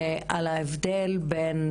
על ההבדל בין